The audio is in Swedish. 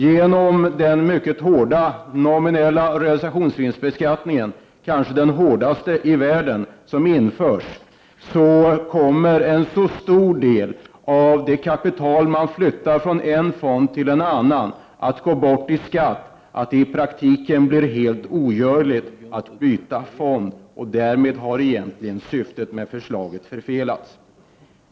Genom den mycket hårda nominella realisationsvinstbeskattning — kanske den hårdaste i världen — som införs, kommer en så stor del av det kapital man flyttar från en fond till en annan att gå bort i skatt, att det i praktiken blir helt ogörligt att byta fond. Därmed har egentligen syftet med förslaget förfelats.